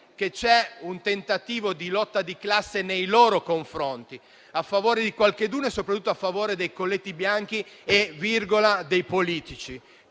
che c'è un tentativo di lotta di classe nei loro confronti a favore di qualcuno e soprattutto a favore dei colletti bianchi e dei politici.